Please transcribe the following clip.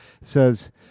says